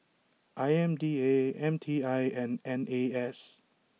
I M D A M T I and N A S